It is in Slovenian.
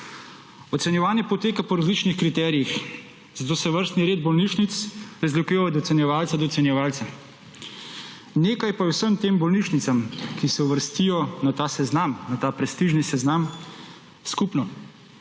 Ocenjevanje poteka po različnih kriterijih, zato se vrstni red bolnišnic razlikuje od ocenjevalca do ocenjevalca. Nekaj pa je vsem tem bolnišnicam, ki se uvrstijo na ta prestižni seznam, skupno